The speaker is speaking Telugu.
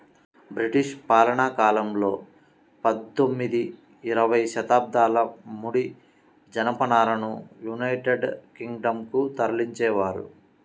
బ్రిటిష్ పాలనాకాలంలో పందొమ్మిది, ఇరవై శతాబ్దాలలో ముడి జనపనారను యునైటెడ్ కింగ్ డం కు తరలించేవారు